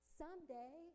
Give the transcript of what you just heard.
someday